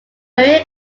maria